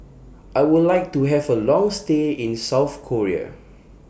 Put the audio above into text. I Would like to Have A Long stay in South Korea